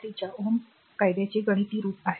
3 च्या Ω कायद्याचे गणिती रूप आहे